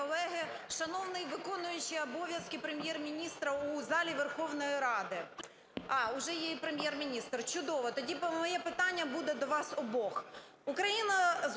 Дякую